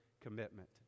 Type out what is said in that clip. commitment